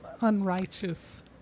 unrighteous